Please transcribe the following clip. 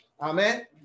Amen